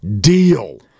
deal